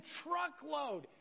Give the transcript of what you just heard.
truckload